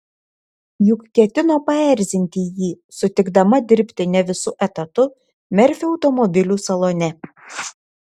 juk ketino paerzinti jį sutikdama dirbti ne visu etatu merfio automobilių salone